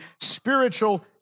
spiritual